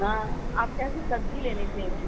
हाँ आपके यहाँ से सब्ज़ी लेनी थी हमें